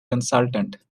consultant